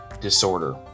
disorder